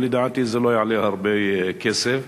ולדעתי זה לא יעלה הרבה כסף.